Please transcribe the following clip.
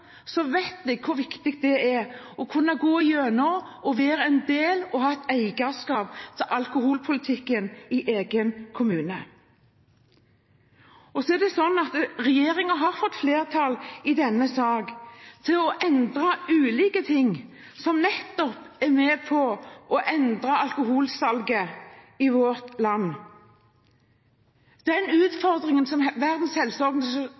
vet jeg hvor viktig det er å kunne gå gjennom og være en del av og ha et eierskap til alkoholpolitikken i egen kommune. Så er det sånn at regjeringen har fått flertall i denne sak til å endre ulike ting som nettopp er med på å endre alkoholsalget i vårt land – den utfordringen som Verdens